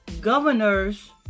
Governors